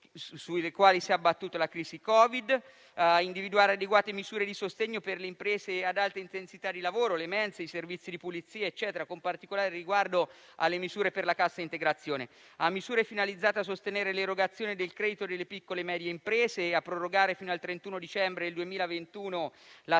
sulle quali si è abbattuta la crisi Covid; a individuare adeguate misure di sostegno per le imprese ad alta intensità di lavoro (le mense, i servizi di pulizie, eccetera), con particolare riguardo alle misure per la cassa integrazione; a individuare misure finalizzate a sostenere l'erogazione del credito delle piccole e medie imprese (PMI) e a prorogare fino al 31 dicembre 2021 la